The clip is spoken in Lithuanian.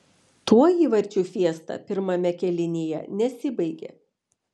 tuo įvarčių fiesta pirmame kėlinyje nesibaigė